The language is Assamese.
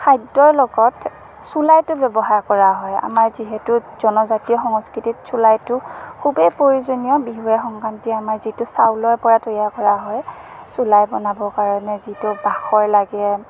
খাদ্যৰ লগত চুলাইটো ব্যৱহাৰ কৰা হয় আমাৰ যিহেতু জনজাতীয় সংস্কৃতিত চুলাইটো খুবেই প্ৰয়োজনীয় বিহুৱে সংক্ৰান্তিয়ে আমাৰ যিটো চাউলৰ পৰা তৈয়াৰ কৰা হয় চুলাই বনাবৰ কাৰণে যিটো বাখৰ লাগে